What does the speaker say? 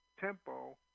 tempo